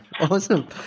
Awesome